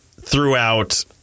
throughout